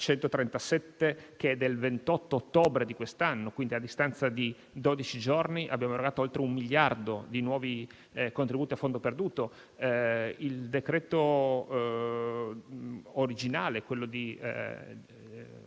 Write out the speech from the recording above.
del decreto-legge n. 137, del 28 ottobre di quest'anno, quindi a distanza di dodici giorni abbiamo erogato oltre un miliardo di nuovi contributi a fondo perduto. Il decreto originale, che ha